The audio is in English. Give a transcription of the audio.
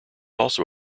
also